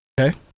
Okay